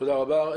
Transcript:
תודה רבה.